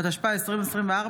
התשפ"ה 2024,